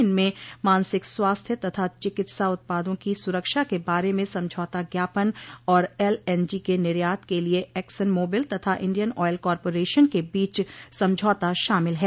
इनमें मानसिक स्वास्थ्य तथा चिकित्सा उत्पादों की सुरक्षा के बारे में समझौता ज्ञापन और एलएनजी के निर्यात के लिए एक्सन माबिल तथा इंडियन ऑयल कॉरपोरेशन के बीच समझौता शामिल है